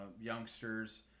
youngsters